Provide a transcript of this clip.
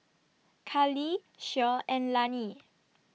Kali Shea and Lani